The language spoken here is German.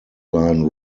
line